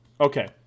okay